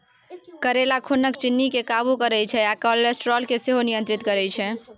करेला खुनक चिन्नी केँ काबु करय छै आ कोलेस्ट्रोल केँ सेहो नियंत्रित करय छै